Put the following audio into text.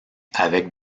avec